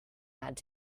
that